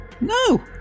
No